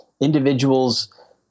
individuals